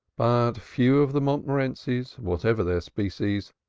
but few of the montmorencis, whatever their species,